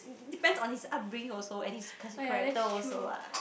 depends on his upbringing also and his ch~ character also what